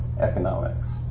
economics